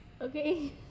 Okay